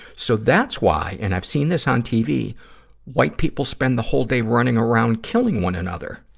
so that's why and i've seen this on tv white people spend the whole day running around killing one another.